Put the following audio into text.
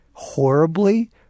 horribly